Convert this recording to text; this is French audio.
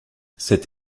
cette